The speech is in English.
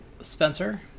Spencer